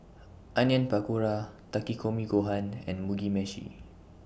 Onion Pakora Takikomi Gohan and Mugi Meshi